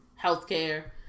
healthcare